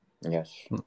Yes